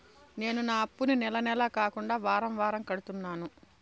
నేను నా అప్పుని నెల నెల కాకుండా వారం వారం కడుతున్నాను